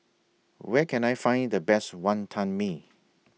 Where Can I Find The Best Wantan Mee